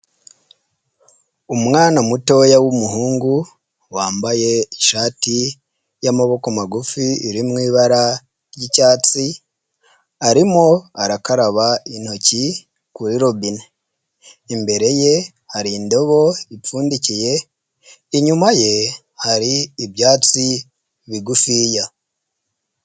Umwana mutoya w'umuhungu, wambaye ishati y'amaboko magufi, iri mu ibara ry'icyatsi, arimo arakaraba intoki kuri robine. Imbere ye hari indobo ipfundikiye, inyuma ye hari ibyatsi bigufiya.